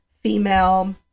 female